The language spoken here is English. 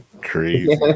crazy